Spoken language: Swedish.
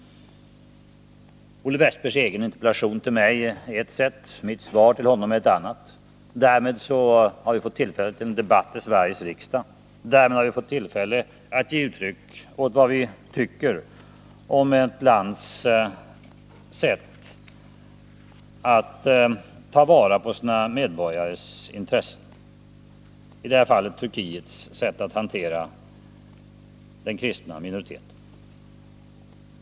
Olle Wästbergs egen interpellation till mig är ett sätt, mitt svar till honom är ett annat. Därmed har vi fått tillfälle till en debatt i Sveriges riksdag. Därmed har vi fått tillfälle att ge uttryck åt vad vi tycker om ett lands sätt att ta vara på sina medborgares intressen —i det här fallet Turkiets sätt att behandla de kristna minoriteterna.